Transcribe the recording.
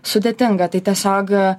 sudėtinga tai tiesiog